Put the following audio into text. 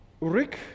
Rick